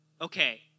okay